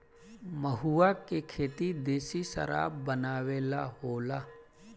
महुवा के खेती देशी शराब बनावे ला होला